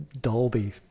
Dolby